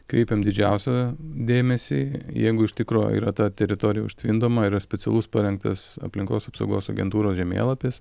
kreipiam didžiausią dėmesį jeigu iš tikro yra ta teritorija užtvindoma yra specialus parengtas aplinkos apsaugos agentūros žemėlapis